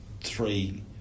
three